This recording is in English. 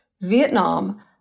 Vietnam